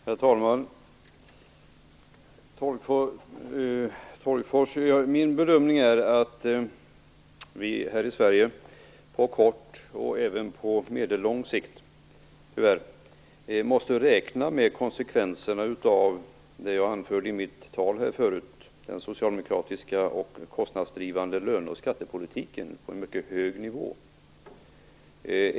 Herr talman! Min bedömning är den, Sten Tolgfors, att vi här i Sverige på kort och tyvärr även på medellång sikt måste räkna med konsekvenserna av det som jag tidigare pekade på i mitt tal, nämligen den socialdemokratiska löne och skattepolitiken, som är kostnadsdrivande på en mycket hög nivå.